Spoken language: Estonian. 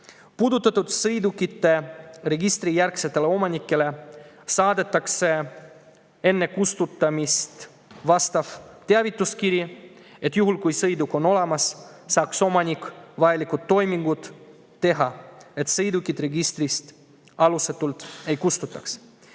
Puudutatud sõidukite registrijärgsetele omanikele saadetakse enne kustutamist vastav teavituskiri, et omanik saaks juhul, kui sõiduk on olemas, teha vajalikud toimingud, et sõidukit registrist alusetult ei kustutataks.